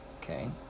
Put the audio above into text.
Okay